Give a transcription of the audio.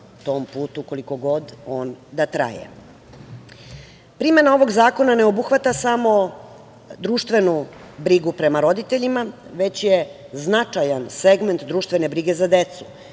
tom putu, koliko god on da traje. Primena ovog zakona ne obuhvata samo društvenu brigu prema roditeljima, već je značajan segment društvene brige za decu,